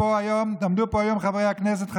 עמדו פה היום חברי הכנסת,